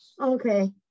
Okay